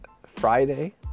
Friday